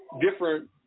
different